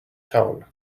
tone